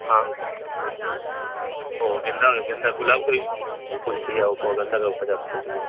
हाँ तो गेंदा का गेंदा गुलाब का भी फूल चाहिए आपको गेंदा का भी पचास फूल चाहिए